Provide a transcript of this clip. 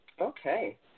Okay